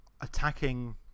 attacking